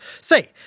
Say